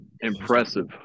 impressive